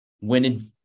winning